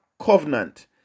covenant